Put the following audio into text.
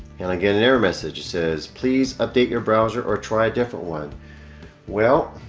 and again an error message it says please update your browser or try different one well